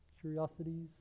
curiosities